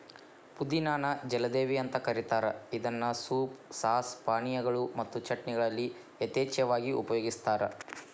ಪುದಿನಾ ನ ಜಲದೇವಿ ಅಂತ ಕರೇತಾರ ಇದನ್ನ ಸೂಪ್, ಸಾಸ್, ಪಾನೇಯಗಳು ಮತ್ತು ಚಟ್ನಿಗಳಲ್ಲಿ ಯಥೇಚ್ಛವಾಗಿ ಉಪಯೋಗಸ್ತಾರ